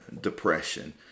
depression